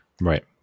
right